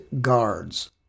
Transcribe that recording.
guards